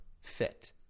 fit